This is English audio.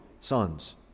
sons